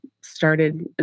started